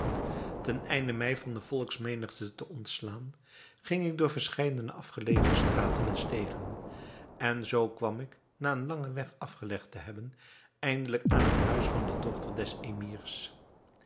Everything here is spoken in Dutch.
ten einde mij van de volksmenigte te ontslaan ging ik door verscheidene afgelegen straten en stegen en zoo kwam ik na een langen weg afgelegd te hebben eindelijk aan het huis van de dochter des emirs